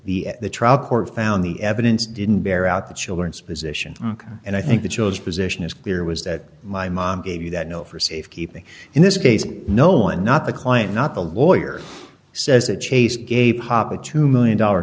court found the evidence didn't bear out the children's position and i think that shows position is clear was that my mom gave you that note for safekeeping in this case no one not the client not the lawyer says that chase gave papa two million dollar